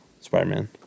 Spider-Man